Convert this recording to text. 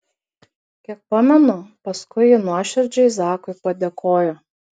kiek pamenu paskui ji nuoširdžiai zakui padėkojo